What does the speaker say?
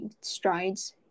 strides